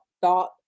thought